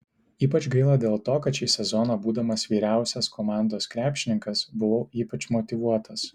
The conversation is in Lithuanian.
ypač gaila dėl to kad šį sezoną būdamas vyriausias komandos krepšininkas buvau ypač motyvuotas